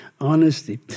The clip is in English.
honesty